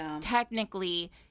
technically